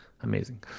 amazing